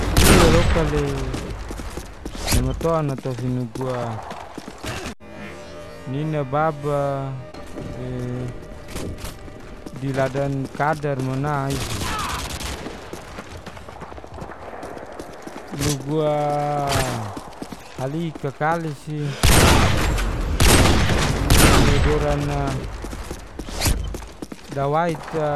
Iwa loka le namaton natofi nugu a nina baba e diladan kadar mana isik, nugu a halik kakali si e me doran a dawait a